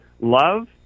love